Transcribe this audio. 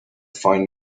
find